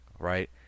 Right